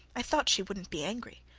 i thought she wouldn't be angry,